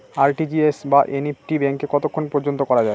RTGS বা NEFT ব্যাংকে কতক্ষণ পর্যন্ত করা যায়?